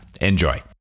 Enjoy